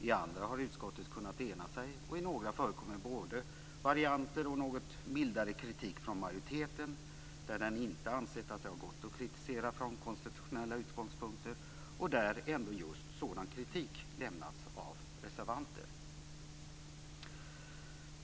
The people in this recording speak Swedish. I andra ärenden har utskottet kunnat ena sig och i några förekommer varianter och något mildare kritik från majoriteten där den inte ansett att det har gått att kritisera från konstitutionella utgångspunkter men där ändå just sådan kritik lämnats av reservanter.